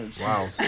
Wow